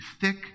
thick